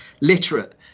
literate